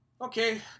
okay